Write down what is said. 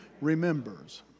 remembers